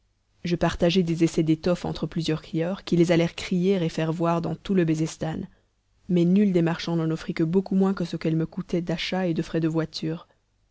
je partageai des essais d'étoffe entre plusieurs crieurs qui les allèrent crier et faire voir dans tout le bezestan mais nul des marchands n'en offrit que beaucoup moins que ce qu'elles me coûtaient d'achat et de frais de voiture